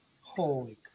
Holy